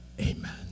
amen